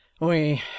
we